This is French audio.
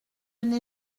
n’ai